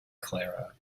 clara